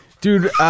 Dude